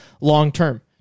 long-term